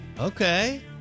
Okay